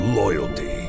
loyalty